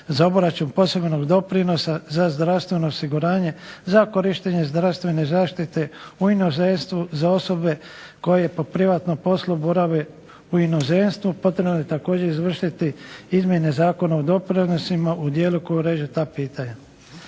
za obračun posebnog doprinosa za zdravstveno osiguranje, za korištenje zdravstvene zaštite u inozemstvu, za osobe koje po privatnom poslu borave u inozemstvu, potrebno je također izvršiti izmjene Zakona o doprinosima u dijelu koji uređuje ta pitanja.